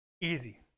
Easy